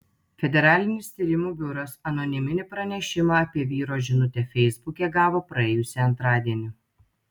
federalinis tyrimų biuras anoniminį pranešimą apie vyro žinutę feisbuke gavo praėjusį antradienį